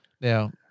now